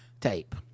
tape